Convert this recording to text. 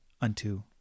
unto